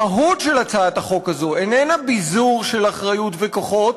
המהות של הצעת החוק הזאת איננה ביזור של אחריות וכוחות,